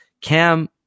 Cam